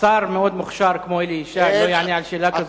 שר מאוד מוכשר כמו אלי ישי לא יענה על שאלה כזאת?